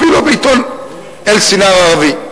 אפילו בעיתון "א-סנארה" הערבי.